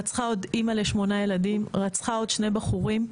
רצחה עוד אימא לשמונה ילדים, רצחה עוד שני בחורים.